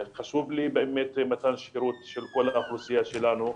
חשוב לי מתן שירות לכל האוכלוסייה שלנו.